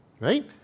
Right